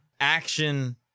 action